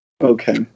okay